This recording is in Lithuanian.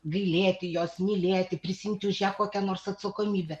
gailėti jos mylėti prisiimti už ją kokią nors atsakomybę